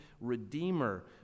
redeemer